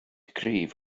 cryf